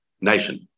nation